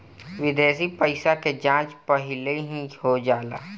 विदेशी पइसा के जाँच पहिलही हो जाला